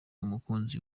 umukunzi